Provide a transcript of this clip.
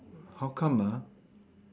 how come ah